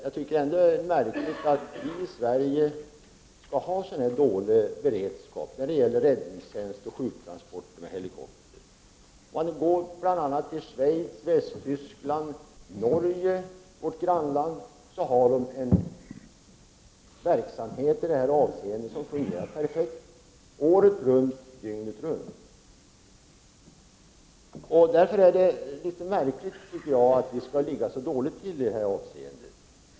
Jag tycker ändå att det är märkligt att vi i Sverige skall ha så dålig beredskap när det gäller räddningstjänst och sjuktransporter med helikopter. I bl.a. Schweiz, Västtyskland och Norge, vårt grannland, fungerar sådan verksamhet perfekt året runt, dygnet runt. Därför är det litet märkligt att vi ligger så dåligt till i detta avseende.